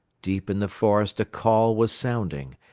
deep in the forest a call was sounding,